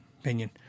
opinion